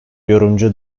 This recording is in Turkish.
yorumcu